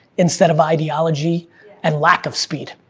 instead of ideology and lack of speed,